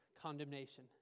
condemnation